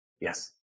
Yes